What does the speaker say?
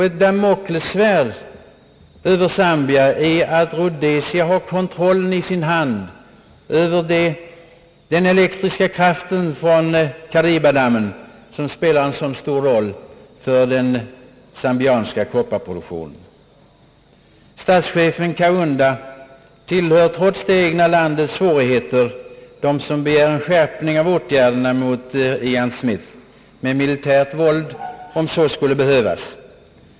Ett damoklessvärd över Zambia är att Rhodesia i sin hand har kontrollen över den elektriska kraften från Karibadammen, som spelar så stor roll för den zambianska kopparproduktionen. Statschefen Kaunda tillhör, trots det egna landets svårigheter, dem som begär en skärpning av åtgärderna mot Ian Smith, med militärt våld om så skulle behövas.